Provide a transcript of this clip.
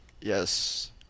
Yes